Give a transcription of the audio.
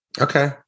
Okay